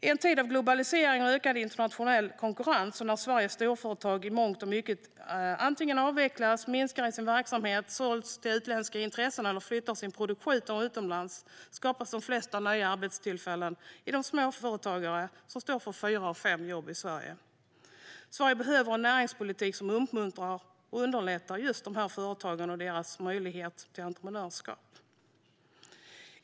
I en tid av globalisering och ökad internationell konkurrens och när Sveriges storföretag i mångt och mycket antingen avvecklas, minskar sin verksamhet eller säljs till utländska intressen eller flyttar sin produktion utomlands skapas de flesta nya arbetstillfällen av de småföretagare som står för fyra av fem jobb i Sverige. Sverige behöver en näringspolitik som uppmuntrar och underlättar för företagen och möjligheten till entreprenörskap.